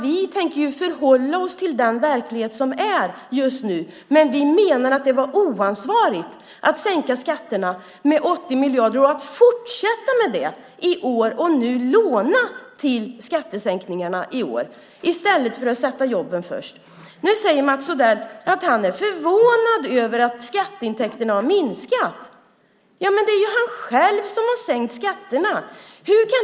Vi tänker förhålla oss till den verklighet som är just nu. Men vi menar att det var oansvarigt att sänka skatterna med 80 miljarder och att fortsätta med det i år och att i år låna till skattesänkningarna i stället för att sätta jobben först. Nu säger Mats Odell att han är förvånad över att skatteintäkterna har minskat. Men det är ju han själv som har sänkt skatterna.